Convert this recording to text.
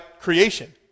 creation